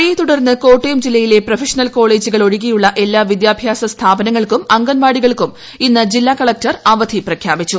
മഴയെ തുടർന്ന് കോട്ടയം ജില്ലയിലെ പ്രൊഫഷണൽ കോളേജുകൾ ഒഴികെയുള്ള എല്ലാ വിദ്യാഭ്യാസ സ്ഥാപനങ്ങൾക്കും അംഗൻവാടികൾക്കും ഇന്ന് ജില്ലാ കളക്ടർ അവധി പ്രഖ്യാപിച്ചു